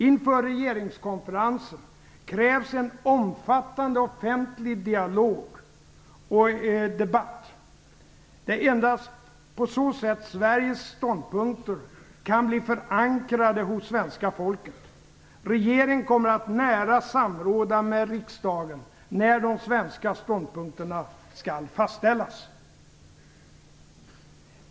Inför regeringskonferensen krävs en omfattande offentlig dialog och debatt. Det är endast på så sätt som Sveriges ståndpunkter kan bli förankrade hos svenska folket. Regeringen kommer att nära samråda med riksdagen när de svenska ståndpunkterna skall fastställas.